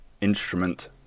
instrument